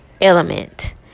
element